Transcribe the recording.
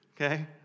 Okay